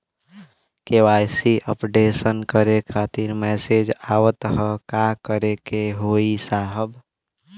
KYC updation करें खातिर message आवत ह का करे के होई साहब?